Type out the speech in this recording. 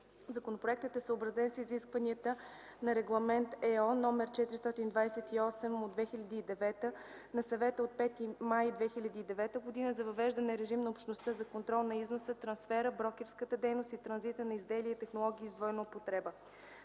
Законопроектът е съобразен с изискванията на Регламент (ЕО) № 428/2009 на Съвета от 5 май 2009 г. за въвеждане режим на Общността за контрол на износа, трансфера, брокерската дейност и транзита на изделия и технологии с двойна употреба.